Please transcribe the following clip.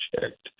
checked